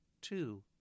Two